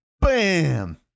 bam